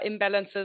imbalances